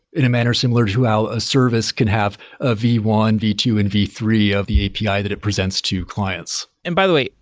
in a manner similar to how a service can have a v one, v two and v three of the api that it presents to clients and by the way,